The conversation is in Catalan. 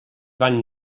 van